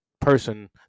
person